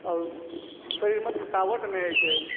आओर शरीरमे थकावट नहि रहय छै